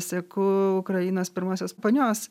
seku ukrainos pirmosios ponios